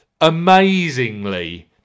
Amazingly